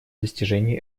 достижении